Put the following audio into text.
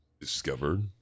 Discovered